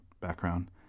background